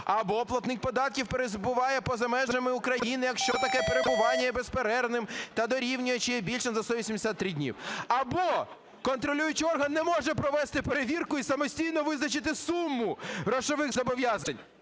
або платник податків перебуває поза межами України, якщо таке перебування є безперервним та дорівнює чи є більшим за 183 дні, або контролюючий орган не може провести перевірку і самостійно визначити суму грошових зобов'язань